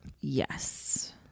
yes